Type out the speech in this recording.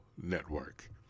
Network